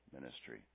ministry